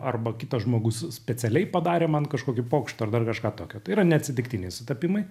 arba kitas žmogus specialiai padarė man kažkokį pokštą ar dar kažką tokio tai yra neatsitiktiniai sutapimai